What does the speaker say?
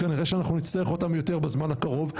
כנראה נצטרך אותם יותר בזמן הקרוב.